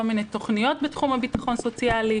מיני תוכניות בתחום הביטחון הסוציאלי,